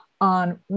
On